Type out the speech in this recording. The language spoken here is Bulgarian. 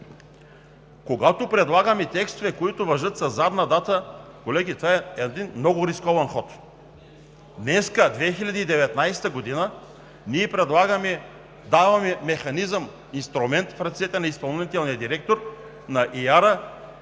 Когато предлагаме текстове, които важат със задна дата, колеги, това е много рискован ход. Днес – 2019 г., ние предлагаме, даваме механизъм, инструмент в ръцете на изпълнителния директор на